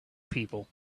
people